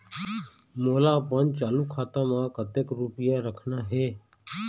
मोला अपन चालू खाता म कतक रूपया रखना हे?